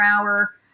hour